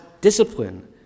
discipline